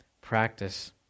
practice